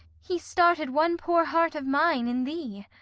he started one poor heart of mine in thee.